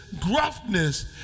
gruffness